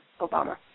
Obama